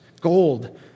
gold